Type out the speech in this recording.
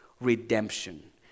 Redemption